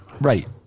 Right